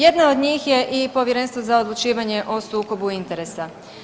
Jedna od njih je i Povjerenstvo za odlučivanje o sukobu interesa.